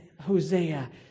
Hosea